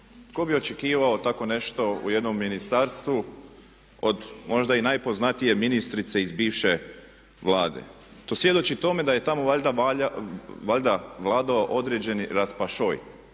Ko bi očekivao tako nešto u jednom ministarstvo od možda i najpoznatije ministrice iz bivše Vlade. To svjedoči tome da je tamo valjda vladao određeni raspašoj,